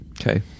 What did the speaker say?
Okay